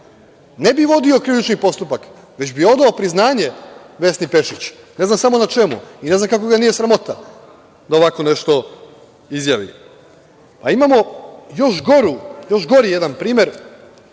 ne bi vodio krivični postupak, već bi odao priznanje Vesni Pešić. Ne znam samo na čemu i ne znam kako ga nije sramota da ovako nešto izjavi? Imamo još gori jedan primer